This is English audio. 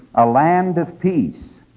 a land of peace,